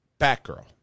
Batgirl